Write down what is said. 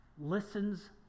listens